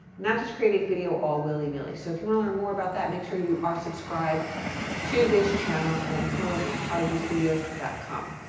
not just creating video all willy-nilly, so if you wanna learn more about that, make sure you are subscribed to this channel and come on over to hollygstudios com.